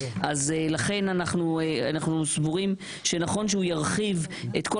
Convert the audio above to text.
אז לכן אנחנו סבורים שנכון שהוא ירחיב את כל